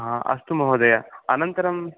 हा अस्तु महोदय अनन्तरम्